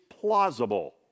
plausible